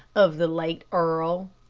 of the late earl.